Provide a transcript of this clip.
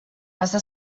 està